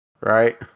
Right